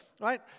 right